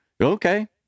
Okay